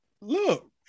Look